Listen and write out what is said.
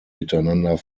miteinander